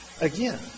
again